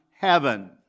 heaven